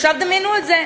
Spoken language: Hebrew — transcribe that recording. עכשיו דמיינו את זה.